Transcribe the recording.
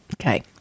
Okay